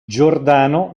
giordano